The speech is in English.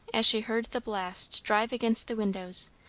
as she heard the blast drive against the windows,